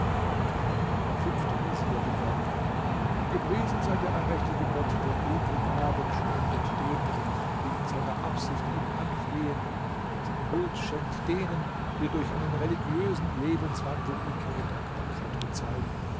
der fünfte vezier begann gepriesen sei der allmächtige gott der edle gaben spendet denen die in reiner absicht ihn anflehen der seine huld schenkt denen die durch einen religiösen lebenswandel ihm ihre dankbarkeit bezeigen